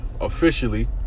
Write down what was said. Officially